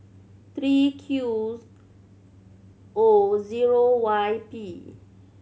three Q O zero Y P